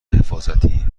حفاظتی